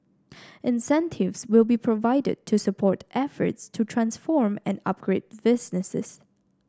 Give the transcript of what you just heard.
incentives will be provided to support efforts to transform and upgrade businesses